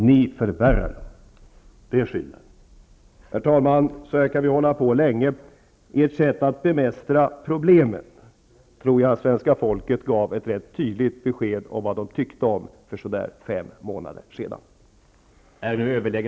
Ni förvärrar dem.